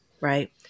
Right